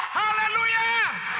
hallelujah